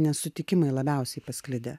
nesutikimai labiausiai pasklidę